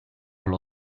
allo